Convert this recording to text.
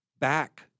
back